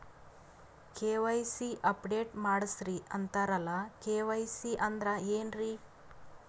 KYC update ಮಾಡಸ್ರೀ ಅಂತರಲ್ಲ KYC ಅಂದ್ರ ಏನ್ರೀ?